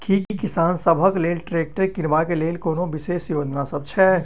की किसान सबहक लेल ट्रैक्टर किनबाक लेल कोनो विशेष योजना सब छै?